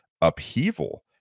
upheaval